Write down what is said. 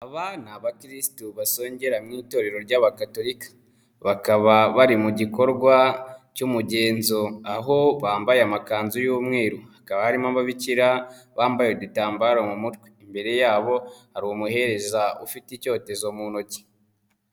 Aba ni abakirisitu basongera mu itorero ry'abagatolika bakaba bari mu gikorwa cy'umugenzo aho bambaye amakanzu y'umweru hakaba harimo ababikira bambaye udutambaro mu mutwe, imbere yabo hari umuhereza ufite icyotezo mu ntoki.